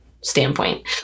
standpoint